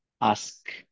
ask